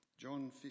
John